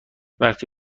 وقتی